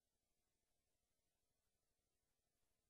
כולם